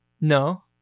No